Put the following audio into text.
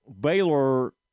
baylor